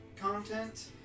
content